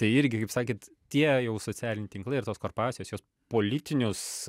tai irgi kaip sakėt tie jau socialiniai tinklai ir tos korporacijos jos politinius